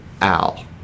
al